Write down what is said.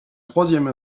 troisième